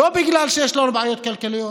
לא בגלל שיש בעיות כלכליות.